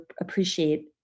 appreciate